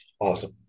Awesome